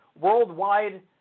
worldwide